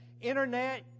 Internet